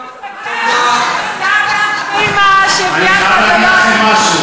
תודה לאבא ואימא שהביאוני עד היום.